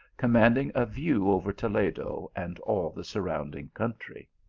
commanding a view over toledo and all the sur rounding country.